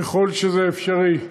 ככל שזה אפשרי.